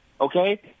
okay